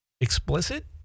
explicit